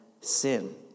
sin